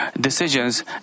decisions